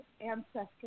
ancestors